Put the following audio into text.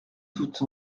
toutes